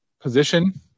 position